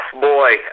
boy